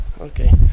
Okay